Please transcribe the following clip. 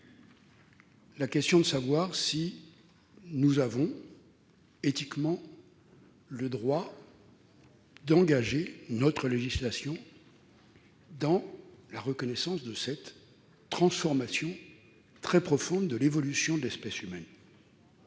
de vue de la raison, nous avons éthiquement le droit d'engager notre législation dans la voie de la reconnaissance de cette transformation très profonde de l'évolution de l'espèce humaine.